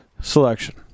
selection